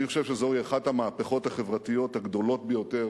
אני חושב שזוהי אחת המהפכות החברתיות הגדולות ביותר